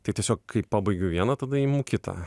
tai tiesiog kai pabaigiu vieną tada imu kitą